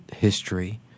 history